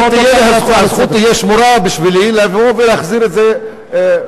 והזכות תהיה שמורה בשבילי לבוא ולהחזיר את זה.